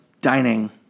dining